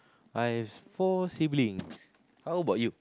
I've four siblings how about you